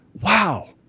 Wow